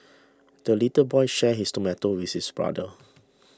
the little boy shared his tomato with his brother